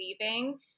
leaving